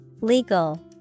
Legal